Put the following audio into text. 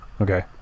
Okay